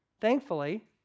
thankfully